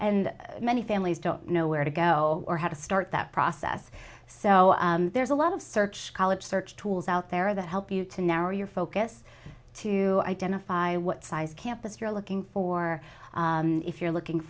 and many families don't know where to go or how to start that process so there's a lot of search college search tools out there that help you to narrow your focus to identify what size campus you're looking for if you're looking